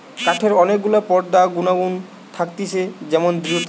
কাঠের অনেক গুলা পদার্থ গুনাগুন থাকতিছে যেমন দৃঢ়তা